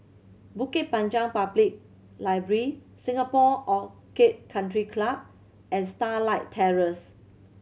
Bukit Panjang Public Library Singapore Orchid Country Club and Starlight Terrace